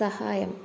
സഹായം